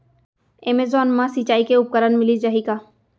Amazon मा सिंचाई के उपकरण मिलिस जाही का?